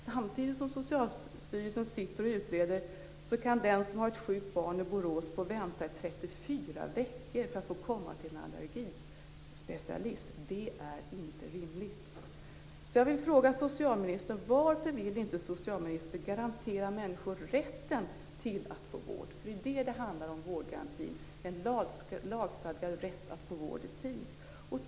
Samtidigt som Socialstyrelsen sitter och utreder kan den som har ett sjukt barn i Borås få vänta i 34 veckor för att få komma till en allergispecialist. Det är inte rimligt. Det är det vårdgarantin handlar om, dvs. en lagstadgad rätt att få vård i tid.